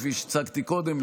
כפי שהצגתי קודם,